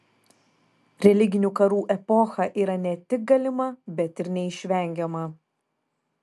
religinių karų epocha yra ne tik galima bet ir neišvengiama